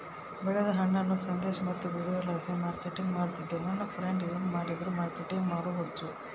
ಬೆಳೆದ ಹಣ್ಣನ್ನ ಸಂದೇಶ ಮತ್ತು ವಿಡಿಯೋಲಾಸಿ ಮಾರ್ಕೆಟಿಂಗ್ ಮಾಡ್ತಿದ್ದೆ ನನ್ ಫ್ರೆಂಡ್ಸ ಏನ್ ಮಾಡಿದ್ರು ಮಾರ್ಕೆಟಿಂಗ್ ಮಾಡೋ ಹುಚ್ಚು